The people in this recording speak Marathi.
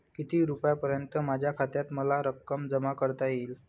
किती रुपयांपर्यंत माझ्या खात्यात मला रक्कम जमा करता येईल?